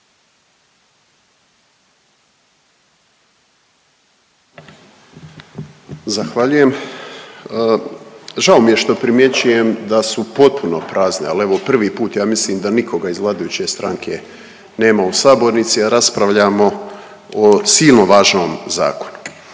(Nezavisni)** … /Snimka prekida./ … da su potpuno prazne, ali evo prvi put, ja mislim da nikoga iz vladajuće stranke nema u sabornici, a raspravljamo o silno važnom zakonu.